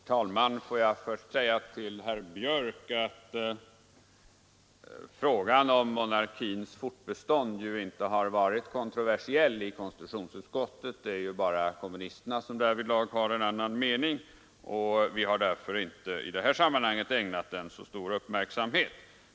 Herr talman! Får jag först säga till herr Björck i Nässjö att frågan om monarkins fortbestånd ju inte har varit kontroversiell i konstitutionsutskottet. Det är bara kommunisterna som därvidlag har en annan uppfattning, och vi har därför inte i detta sammanhang ägnat den så stor uppmärksamhet.